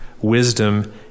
wisdom